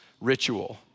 ritual